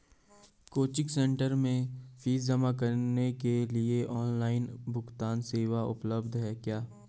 Coaching centre में fees जमा करने के लिए ऑनलाइन भुगतान सेवा उपलब्ध है क्या?